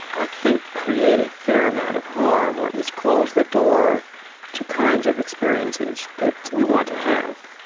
i think, create a fair amount of harm or at least close the door to kinds of experiences that we want to have.